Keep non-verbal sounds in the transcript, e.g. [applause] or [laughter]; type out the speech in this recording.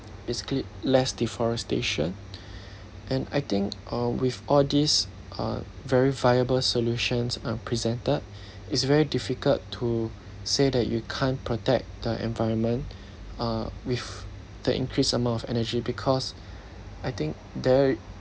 basically less deforestation [breath] and I think uh with all these uh very viable solutions uh presented it's very difficult to say that you can't protect the environment uh with the increased amount of energy because I think there